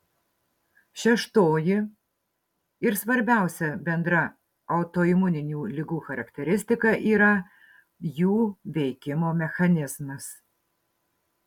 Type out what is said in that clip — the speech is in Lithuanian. šeštoji ir svarbiausia bendra autoimuninių ligų charakteristika yra jų veikimo mechanizmas